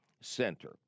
Center